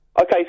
Okay